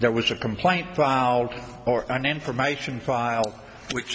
that was a complaint filed or an information file which